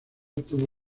tuvo